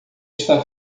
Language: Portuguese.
está